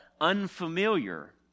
unfamiliar